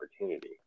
opportunity